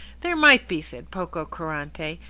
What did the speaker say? there might be, said pococurante,